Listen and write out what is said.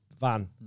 van